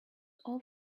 all